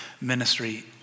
ministry